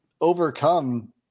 overcome